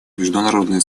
международное